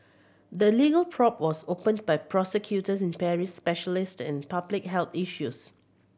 the legal probe was opened by prosecutors in Paris specialised in public health issues